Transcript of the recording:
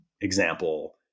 example